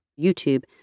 YouTube